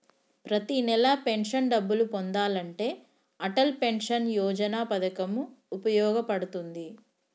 ప్రతి నెలా పెన్షన్ డబ్బులు పొందాలంటే అటల్ పెన్షన్ యోజన పథకం వుపయోగ పడుతుంది